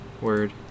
word